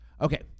Okay